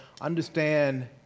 understand